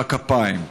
מחא כפיים.